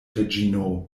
reĝino